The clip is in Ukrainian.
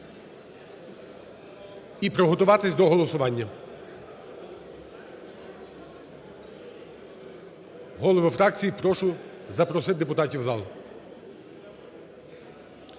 і приготуватись до голосування. Голови фракцій, прошу запросити депутатів у зал,